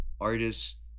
artists